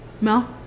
Mel